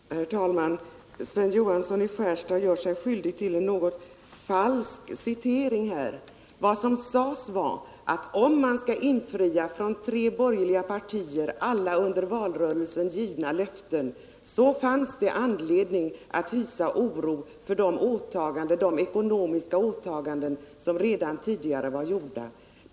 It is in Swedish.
Herr talman! Sven Johansson gör sig skyldig till en falskceitering. Vad som sades var att om alla av de tre borgerliga partierna under valrörelsen avgivna löftena skulle infrias, fanns det anledning att hysa oro för de ekonomiska åtaganden som redan tidigare gjorts.